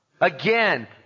Again